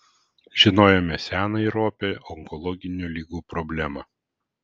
žinojome seną ir opią onkologinių ligų problemą